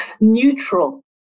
neutral